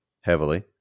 heavily